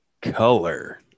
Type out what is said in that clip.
Color